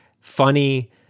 funny